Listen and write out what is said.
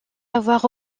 avoir